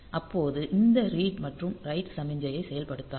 அப்போது இந்த ரீட் மற்றும் ரைட் சமிக்ஞையை செயல்படுத்தாது